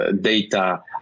data